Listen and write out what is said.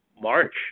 March